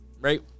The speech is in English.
right